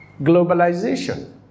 Globalization